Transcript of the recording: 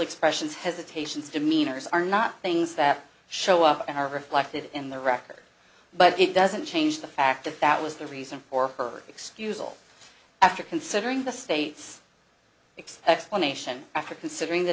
expressions hesitations demeanors are not things that show up and are reflected in the record but it doesn't change the fact that that was the reason for her excusal after considering the state's x explanation after considering the